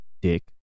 Dick